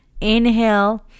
Inhale